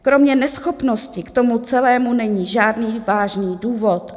Kromě neschopnosti k tomu celému není žádný vážný důvod.